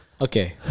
Okay